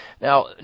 Now